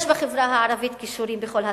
יש בחברה הערבית בעלי כישורים בכל התחומים,